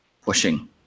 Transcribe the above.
pushing